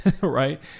right